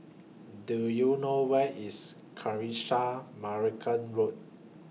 Do YOU know Where IS Kanisha Marican Road